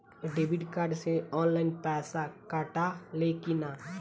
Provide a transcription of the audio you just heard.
Debit card से online पैसा कटा ले कि ना?